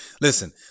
listen